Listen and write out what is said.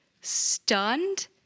stunned